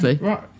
right